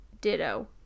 Ditto